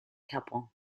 japón